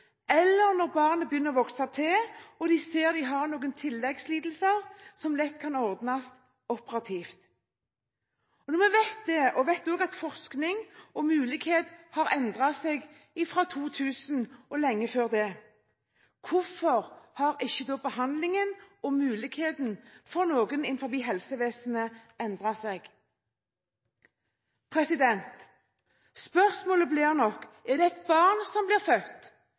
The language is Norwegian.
eller når barnet begynner å vokse til og de ser at de har noen tilleggslidelser som lett kan ordnes operativt. Når vi vet det, og også vet at forskning og muligheter har endret seg fra 2000 og lenge før det, hvorfor har ikke da behandlingen og mulighetene innenfor helsevesenet endret seg? Spørsmålet blir nok: Er det et barn som blir